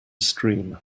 stream